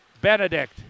Benedict